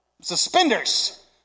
suspenders